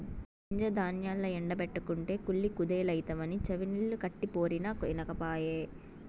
గింజ ధాన్యాల్ల ఎండ బెట్టకుంటే కుళ్ళి కుదేలైతవని చెవినిల్లు కట్టిపోరినా ఇనకపాయె